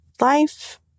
Life